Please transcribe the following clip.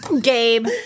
Gabe